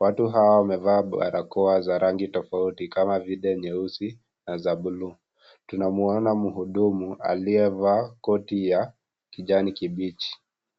Watu hao wamevaa barakoa za rangi tofauti kama vile nyeusi na zabuluu. Tunamuona mhudumu aliyevaa koti ya kijani kibichi.